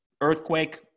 Earthquake